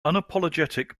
unapologetic